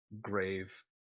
grave